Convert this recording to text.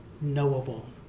knowable